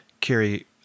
carry